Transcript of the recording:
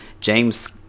James